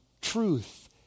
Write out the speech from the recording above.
truth